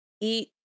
eat